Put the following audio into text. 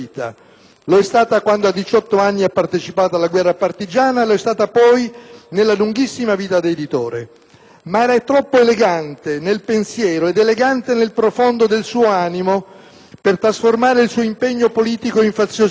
Lo è stata quando, a 18 anni, ha partecipato alla guerra partigiana e lo è stata poi nella lunghissima vita di editore. Ma era troppo elegante nel pensiero ed elegante nel profondo del suo animo per trasformare il suo impegno politico in faziosità,